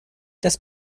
das